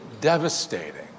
devastating